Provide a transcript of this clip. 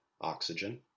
oxygen